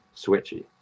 switchy